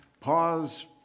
pause